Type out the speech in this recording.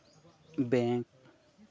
bank